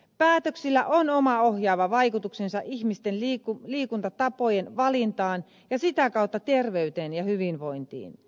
päätöksillä on oma ohjaava vaikutuksensa ihmisten liikuntatapojen valintaan ja sitä kautta terveyteen ja hyvinvointiin